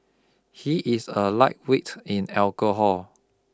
he is a lightweight in alcohol